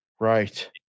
Right